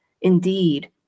indeed